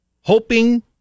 hoping